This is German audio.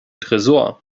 tresor